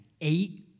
eight